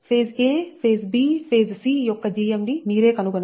phase a phase b phase c యొక్క GMD మీరే కనుగొనండి